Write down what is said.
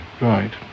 right